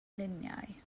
luniau